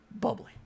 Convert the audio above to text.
bubbly